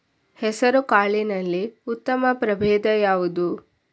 ಹೆಸರುಕಾಳಿನಲ್ಲಿ ಉತ್ತಮ ಪ್ರಭೇಧ ಯಾವುದು?